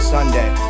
Sunday